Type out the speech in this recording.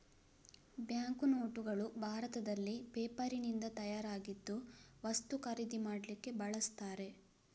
bank ನೋಟುಗಳು ಭಾರತದಲ್ಲಿ ಪೇಪರಿನಿಂದ ತಯಾರಾಗಿದ್ದು ವಸ್ತು ಖರೀದಿ ಮಾಡ್ಲಿಕ್ಕೆ ಬಳಸ್ತಾರೆ